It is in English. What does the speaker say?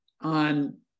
on